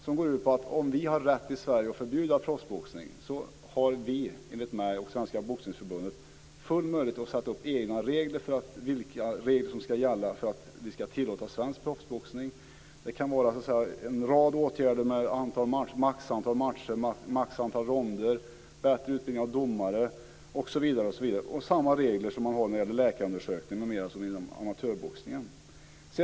Den går ut på att om vi i Sverige har rätt att förbjuda proffsboxning så har vi också, enligt mig och Svenska Boxningsförbundet, full möjlighet att sätta upp egna regler för vilka regler som ska gälla för att vi ska tillåta svensk proffsboxning. Det kan vara en rad åtgärder, t.ex. maximalt antal matcher, maximalt antal ronder, bättre utbildning av domare osv. och omfatta samma regler som man har när det gäller läkarundersökningar m.m. inom amatörboxningen.